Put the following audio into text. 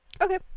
Okay